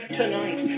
tonight